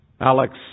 Alex